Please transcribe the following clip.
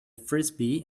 frisbee